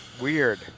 weird